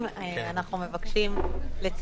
שלא ברור